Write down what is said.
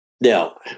now